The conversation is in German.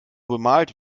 bemalt